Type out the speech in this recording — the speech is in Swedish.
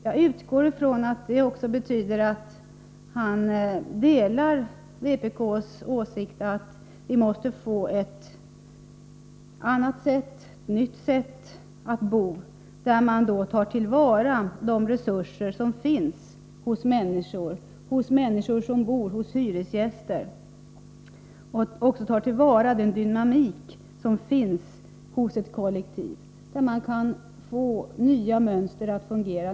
Jag utgår från att det också betyder att han delar vpk:s åsikt att vi måste få ett annat och nytt sätt att bo, där man tar till vara de resurser som finns hos människorna, hos hyresgästerna och också tar till vara den dynamik som finns hos ett kollektiv där man kan få nya mönster att fungera.